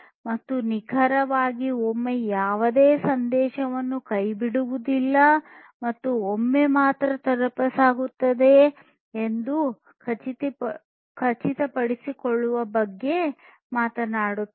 ಮತ್ತು ನಿಖರವಾಗಿ ಒಮ್ಮೆ ಯಾವುದೇ ಸಂದೇಶವನ್ನು ಕೈಬಿಡುವುದಿಲ್ಲ ಮತ್ತು ಒಮ್ಮೆ ಮಾತ್ರ ತಲುಪಿಸಲಾಗುತ್ತದೆ ಎಂದು ಖಚಿತಪಡಿಸಿಕೊಳ್ಳುವ ಬಗ್ಗೆ ಮಾತನಾಡುತ್ತಾರೆ